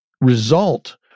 result